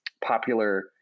popular